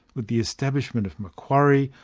with the establishment of macquarie,